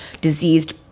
diseased